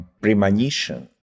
premonition